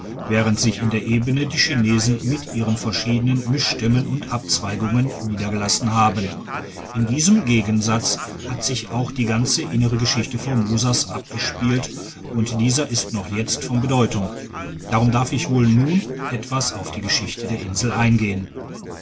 während sich in der ebene die chinesen mit ihren verschiedenen mischstämmen und abzweigungen niedergelassen haben in diesem gegensatze hat sich auch die ganze innere geschichte formosas abgespielt und dieser ist noch jetzt von bedeutung darum darf ich wohl nun etwas auf die geschichte der insel eingehen